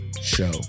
Show